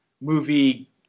movie